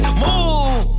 move